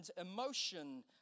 emotion